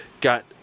got